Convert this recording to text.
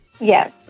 Yes